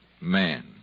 man